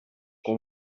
com